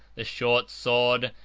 the short sword,